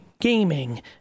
gaming